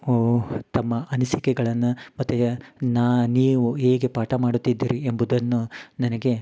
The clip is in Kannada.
ತಮ್ಮ ಅನಿಸಿಕೆಗಳನ್ನ ಮತ್ತು ನಾ ನೀವು ಹೇಗೆ ಪಾಠ ಮಾಡುತ್ತಿದ್ದೀರಿ ಎಂಬುದನ್ನು ನನಗೆ